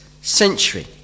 century